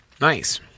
Nice